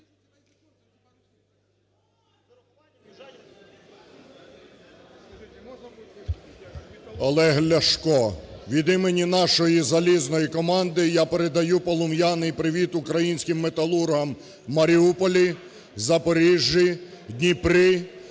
Олег Ляшко. Від імені нашої залізної команди я передаю полум'яний привіт українським металургам в Маріуполі, Запоріжжі, в Дніпрі,